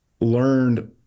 Learned